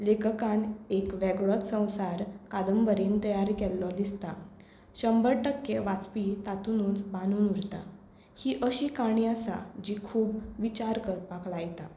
लेखकान एक वेगळोच संवसार कादंबरींत तयार केल्लो दिसता शंबर टक्के वाचपी तातूतनूच बांदून उरता ही अशी काणी आसा जी खूब विचार करपाक लायता